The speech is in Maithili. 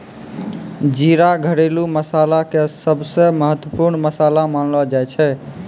जीरा घरेलू मसाला के सबसॅ महत्वपूर्ण मसाला मानलो जाय छै